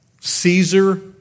Caesar